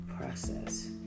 process